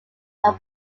are